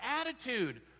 attitude